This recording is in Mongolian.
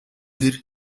тэр